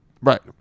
Right